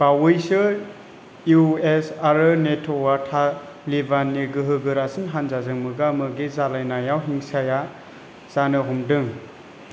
बावैसो U S आरो नेट'आ तालिबाननि गोहो गोरासिन हानजाजों मोगा मोगि जालायनायाव हिंसाया जानो हमदों